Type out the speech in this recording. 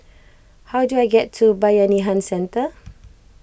how do I get to Bayanihan Centre